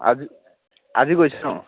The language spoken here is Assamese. আজি আজি গৈছে ন